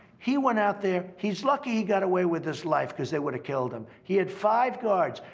he went out there. he's lucky he got away with his life, cause they would've killed him. he had five guards.